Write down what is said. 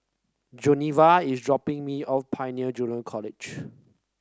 Giovanna is dropping me off Pioneer Junior College